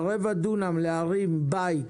ברבע דונם להרים בית